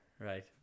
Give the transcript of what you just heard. right